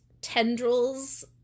tendrils